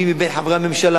מי מבין חברי הממשלה.